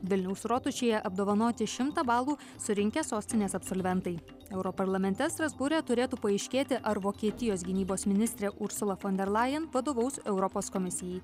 vilniaus rotušėje apdovanoti šimtą balų surinkę sostinės absolventai europarlamente strasbūre turėtų paaiškėti ar vokietijos gynybos ministrė ursula fon der lajen vadovaus europos komisijai